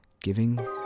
giving